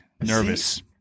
Nervous